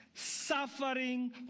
suffering